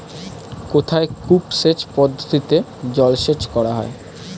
কোথায় কূপ সেচ পদ্ধতিতে জলসেচ করা হয়?